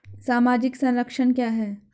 सामाजिक संरक्षण क्या है?